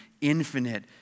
infinite